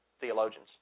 theologians